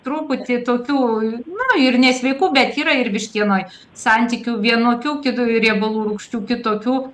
truputį tokių na ir nesveiku bet yra ir vištienoj santykių vienokių kit riebalų rūgščių kitokių